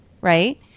Right